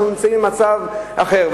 אנחנו נמצאים במצב אחר,